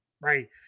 Right